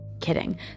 Kidding